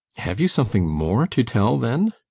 have you something more to tell, then?